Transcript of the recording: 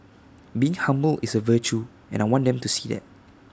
being humble is A virtue and I want them to see that